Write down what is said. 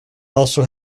also